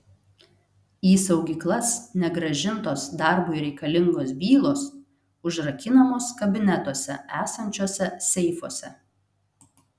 į saugyklas negrąžintos darbui reikalingos bylos užrakinamos kabinetuose esančiuose seifuose